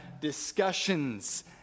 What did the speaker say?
discussions